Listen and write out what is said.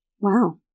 Wow